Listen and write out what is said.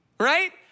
Right